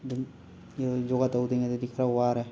ꯑꯗꯨꯝ ꯌꯣꯒꯥ ꯇꯧꯗ꯭ꯔꯤꯉꯩꯗꯗꯤ ꯈꯔ ꯋꯥꯔꯦ